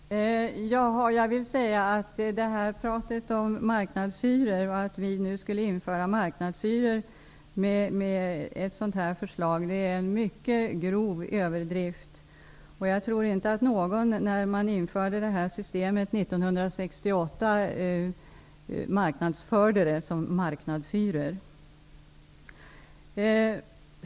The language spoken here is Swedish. Fru talman! Jag vill säga att talet om att vi skulle införa marknadshyror genom ett sådant här förslag är en mycket grov överdrift. Jag tror inte att någon, när man införde systemet 1968, marknadsförde det såsom ett system för marknadshyror.